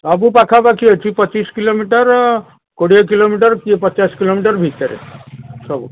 ସବୁ ପାଖା ପାଖି ଅଛି ପଚିଶ କିଲୋମିଟର କୋଡ଼ିଏ କିଲୋମିଟର କିଏ ପଚାଶ କିଲୋମିଟର ଭିତରେ ସବୁ